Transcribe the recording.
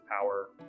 power